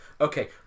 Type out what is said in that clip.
okay